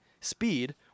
speed